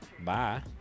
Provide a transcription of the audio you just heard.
Bye